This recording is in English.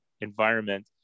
environment